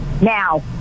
Now